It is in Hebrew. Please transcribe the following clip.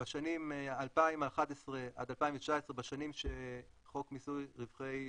בשנים 2011 עד 2019, בשנים שחוק מיסוי רווחים